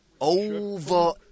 over